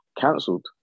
cancelled